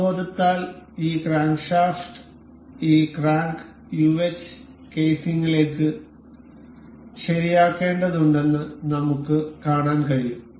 അവബോധത്താൽ ഈ ക്രാങ്ക്ഷാഫ്റ്റ് ഈ ക്രാങ്ക് യൂഎച് കേസിംഗിലേക്ക് ശരിയാക്കേണ്ടതുണ്ടെന്ന് നമുക്ക് കാണാൻ കഴിയും